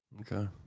Okay